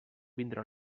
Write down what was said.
vindre